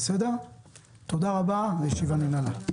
תודה רבה, הישיבה נעולה.